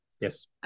Yes